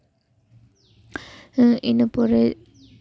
ᱤᱱᱟᱹᱯᱚᱨᱮ